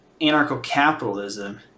anarcho-capitalism